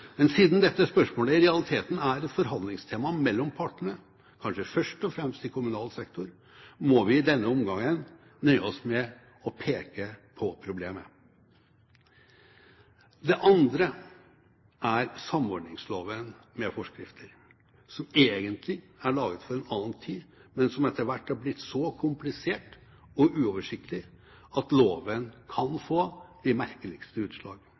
Men siden dette spørsmålet i realiteten er et forhandlingstema mellom partene, kanskje først og fremst i kommunal sektor, må vi i denne omgangen nøye oss med å peke på problemet. Det andre er samordningsloven med forskrifter, som egentlig er laget for en annen tid, men som etter hvert har blitt så komplisert og uoversiktlig at loven kan få de merkeligste utslag.